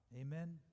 Amen